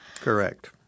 correct